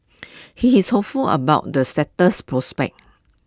he is hopeful about the sector's prospects